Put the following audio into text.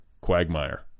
quagmire